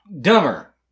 dumber